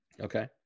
Okay